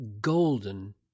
golden